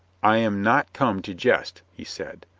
i am not come to jest, he said.